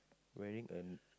wearing a